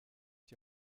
die